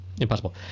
Impossible